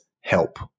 HELP